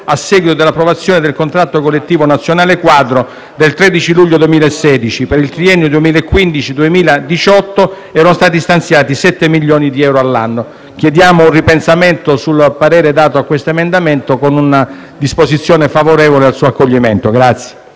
a seguito dell'approvazione del contratto collettivo nazionale quadro del 13 luglio 2016. Per il triennio 2015-2018 erano stati stanziati 7 milioni di euro all'anno. Chiediamo un ripensamento sul parere dato a questo emendamento con una disposizione favorevole al suo accoglimento.